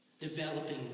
Developing